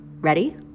Ready